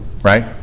Right